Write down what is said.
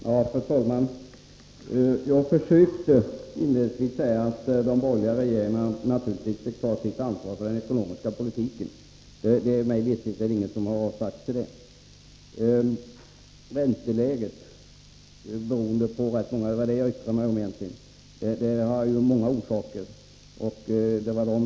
Fru talman! Jag försökte inledningsvis säga att de borgerliga regeringarna naturligtvis fick ta sitt ansvar för den ekonomiska politiken. Mig veterligen har ingen avsagt sig det ansvaret. Det som jag egentligen yttrade mig om var ränteläget, och jag ville betona att det har många orsaker.